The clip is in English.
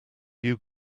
you